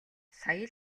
сая